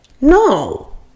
No